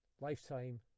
Lifetime